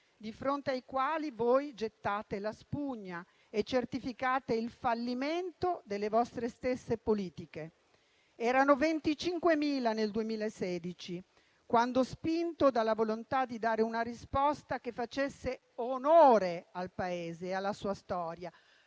di fronte ai quali gettate la spugna e certificate il fallimento delle vostre stesse politiche. Erano 25.000 nel 2016, quando, spinto dalla volontà di dare una risposta che facesse onore al Paese e alla sua storia